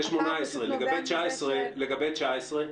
זה 2018. ולגבי 2019?